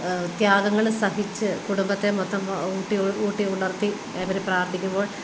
ത്യാഗങ്ങള് സഹിച്ച് കുടുംബത്തെ മൊത്തം ഊട്ടി ഊട്ടി ഉണർത്തി അവര് പ്രാർത്ഥിക്കുമ്പോൾ